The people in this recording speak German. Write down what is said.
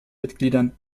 mitgliedern